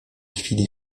chwili